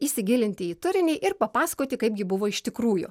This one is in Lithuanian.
įsigilinti į turinį ir papasakoti kaipgi buvo iš tikrųjų